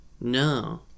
No